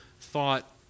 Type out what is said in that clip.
thought